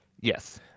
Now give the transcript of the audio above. Yes